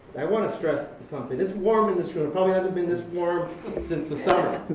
stress something. it's warm in this room. it probably hasn't been this warm since the summer.